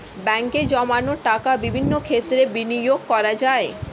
ব্যাঙ্কে জমানো টাকা বিভিন্ন ক্ষেত্রে বিনিয়োগ করা যায়